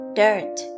dirt